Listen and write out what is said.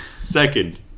Second